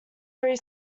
three